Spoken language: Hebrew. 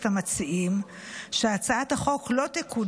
וסוכם עם חברי הכנסת המציעים שהצעת החוק לא תקודם